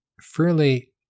fairly